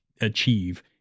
achieve